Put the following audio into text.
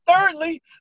thirdly